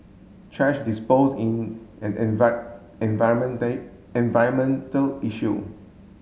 thrash dispose in an environment day environmental issue